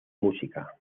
música